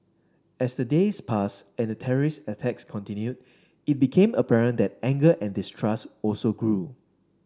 as the days passed and the terrorist attacks continued it became apparent that anger and distrust also grew